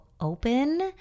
open